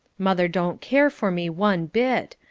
mother don't care for me one bit.